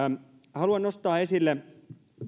haluan nostaa esille